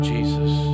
Jesus